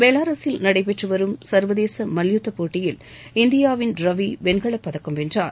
பெலாரஸில் நடைபெற்று வரும் சர்வதேச மல்யுத்த சாம்பியன் போட்டியில் இந்தியாவின் ரவி வெண்கலப் பதக்கம் வென்றார்